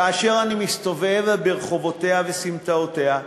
כאשר אני מסתובב ברחובותיה ובסמטאותיה,